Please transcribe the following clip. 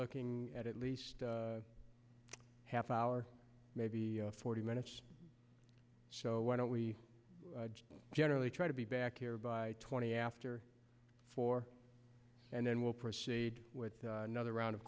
looking at at least a half hour maybe forty minutes so why don't we generally try to be back here by twenty after four and then we'll proceed with another round of